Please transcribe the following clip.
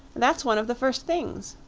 that's one of the first things.